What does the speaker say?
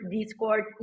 Discord